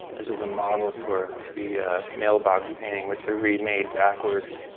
this was a model for the mailbox painting which i remade backwards.